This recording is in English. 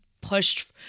pushed